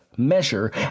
measure